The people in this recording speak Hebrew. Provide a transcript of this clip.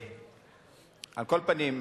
על כל פנים,